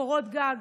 קורות גג,